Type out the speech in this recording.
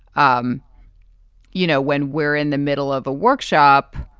um you know, when we're in the middle of a workshop